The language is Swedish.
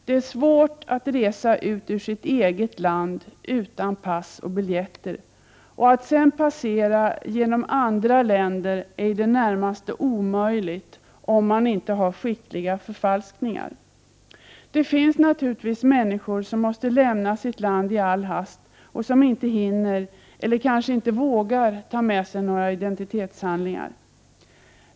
Det är svårt att resa ut ur sitt eget land utan pass och biljetter, och att sedan passera genom andra länder är i det närmaste omöjligt, om man inte har skickliga förfalskningar. Det finns naturligtvis människor som måste lämna sitt land i all hast och som inte hinner eller kanske inte vågar ta med sig några identitetshandlingar.